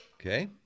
Okay